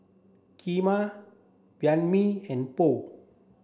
Kheema Banh Mi and Pho